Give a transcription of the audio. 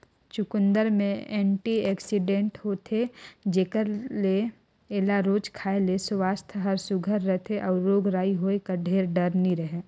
चुकंदर में एंटीआक्सीडेंट होथे जेकर ले एला रोज खाए ले सुवास्थ हर सुग्घर रहथे अउ रोग राई होए कर ढेर डर नी रहें